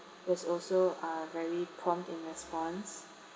was also uh very prompt in response